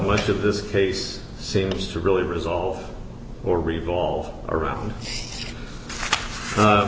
much of this case seems to really resolve or revolve around